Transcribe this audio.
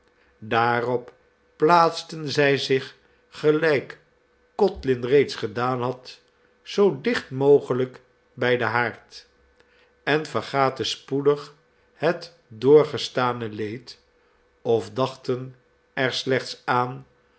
daarop plaatsten zij zich gelijk codlin reeds gedaan had zoo dicht mogelijk bij den haard en vergaten spoedig het doorgestane leed of dachten er slechts aan